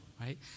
right